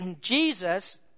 Jesus